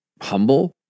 humble